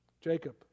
Jacob